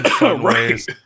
right